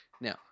Now